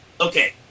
Okay